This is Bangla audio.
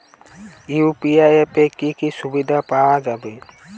ইউ.পি.আই অ্যাপে কি কি সুবিধা পাওয়া যাবে?